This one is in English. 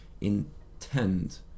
intend